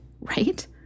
right